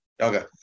Okay